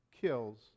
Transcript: kills